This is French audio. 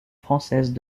française